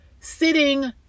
sitting